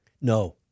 no